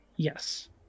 Yes